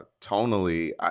tonally